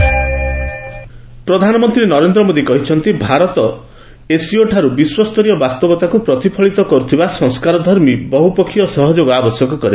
PM SCO ପ୍ରଧାନମନ୍ତ୍ରୀ ନରେନ୍ଦ୍ର ମୋଦୀ କହିଛନ୍ତି ଭାରତ ଏସ୍ସିଓଠାରୁ ବିଶ୍ୱସ୍ତରୀୟ ବାସ୍ତବତାକୁ ପ୍ରତିଫଳିତ କରୁଥିବା ସଂସ୍କାରଧର୍ମୀ ବହୁପକ୍ଷୀୟ ସହଯୋଗ ଆବଶ୍ୟକ କରେ